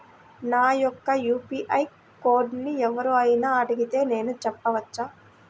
నా యొక్క యూ.పీ.ఐ కోడ్ని ఎవరు అయినా అడిగితే నేను చెప్పవచ్చా?